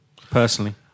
personally